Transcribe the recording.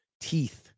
teeth